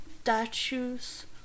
statues